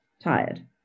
tired